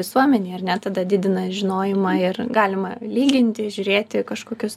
visuomenei ar ne tada didina žinojimą ir galima lyginti žiūrėti kažkokius